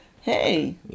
hey